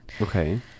Okay